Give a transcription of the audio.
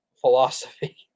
philosophy